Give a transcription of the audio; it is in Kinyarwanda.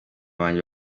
banjye